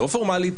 לא פורמלית,